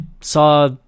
saw